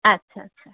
আচ্ছা আচ্ছা